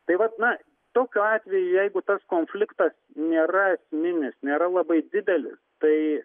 tai vat na tokiu atveju jeigu tas konfliktas nėra esminis nėra labai didelis tai